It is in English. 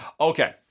Okay